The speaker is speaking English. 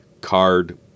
card